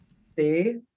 see